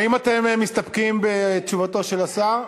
האם אתם מסתפקים בתשובתו של השר?